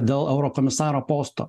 dėl eurokomisaro posto